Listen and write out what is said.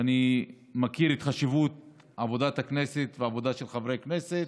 ואני מכיר את חשיבות עבודת הכנסת והעבודה של חברי הכנסת,